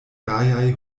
gajaj